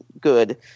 good